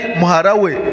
muharawe